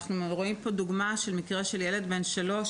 אנחנו רואים פה דוגמה של מקרה של ילד בן שלוש,